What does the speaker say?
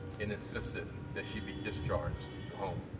and insisted that she be discharged to home.